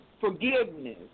forgiveness